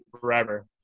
forever